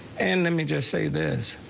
and let me just say this.